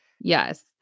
Yes